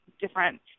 different